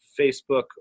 Facebook